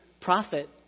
profit